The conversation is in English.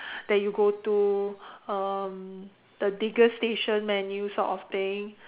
that you go to um the vigor station menu sort of thing